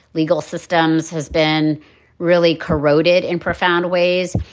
legal systems has been really corroded in profound ways.